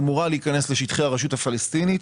אמורה להיכנס לשטחי הרשות הפלסטינית.